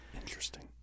Interesting